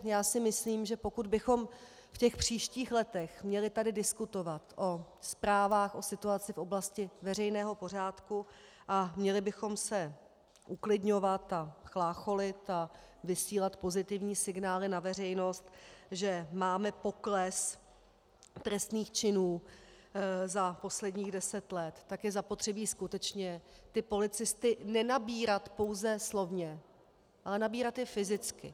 Já si myslím, že pokud bychom v příštích letech tady měli diskutovat o zprávách o situaci v oblasti veřejného pořádku a měli bychom se uklidňovat a chlácholit a vysílat pozitivní signály na veřejnost, že máme pokles trestných činů za posledních deset let, tak je zapotřebí skutečně ty policisty nenabírat pouze slovně, ale nabírat je fyzicky.